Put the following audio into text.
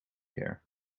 care